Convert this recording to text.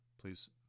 please